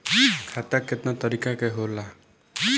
खाता केतना तरीका के होला?